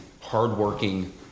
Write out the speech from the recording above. hardworking